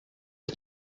for